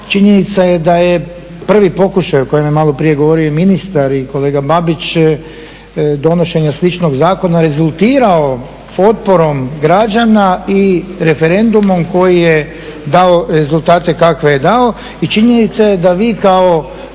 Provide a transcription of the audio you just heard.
Činjenica je da je prvi pokušaj o kojem je malo prije govorio i ministar i kolega Babić donošenja sličnog zakona rezultirao potporom građana i referendumom koji je dao rezultate kakve je dao. I činjenica je da vi kao